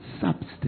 substance